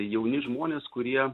jauni žmonės kurie